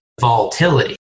volatility